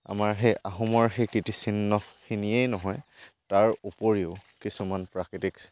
আমাৰ সেই আহোমৰ সেই কীৰ্তিচিহ্নখিনিয়েই নহয় তাৰ উপৰিও কিছুমান প্ৰাকৃতিক